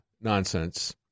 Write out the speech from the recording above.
nonsense